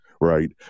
right